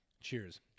Cheers